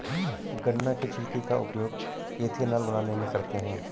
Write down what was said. गन्ना के छिलके का उपयोग एथेनॉल बनाने में करते हैं